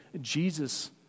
Jesus